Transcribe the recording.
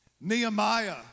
Nehemiah